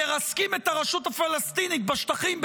מרסקים את הרשות הפלסטינית בשטחים,